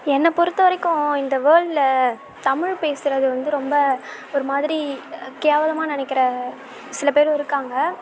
என்னை பொறுத்த வரைக்கும் இந்த வேல்டில் தமிழ் பேசுவது வந்து ரொம்ப ஒரு மாதிரி கேவலமாக நெனைக்கிற சில பேரும் இருக்காங்க